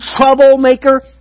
troublemaker